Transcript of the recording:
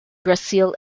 brasil